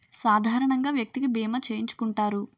సాధారణంగా వ్యక్తికి బీమా చేయించుకుంటారు